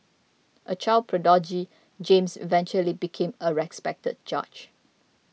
a child prodigy James eventually became a respected judge